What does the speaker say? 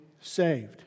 saved